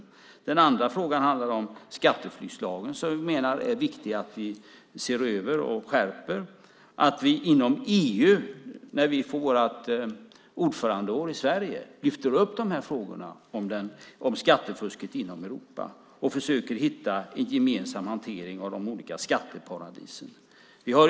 För det andra handlar det om skatteflyktslagen som vi menar är viktig att se över och skärpa. För det tredje är det viktigt att vi under vårt ordförandeskap i EU lyfter upp frågorna om skattefusket inom Europa och försöker hitta en gemensam hantering av de olika skatteparadisen.